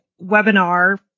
webinar